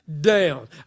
down